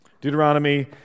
Deuteronomy